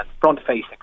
front-facing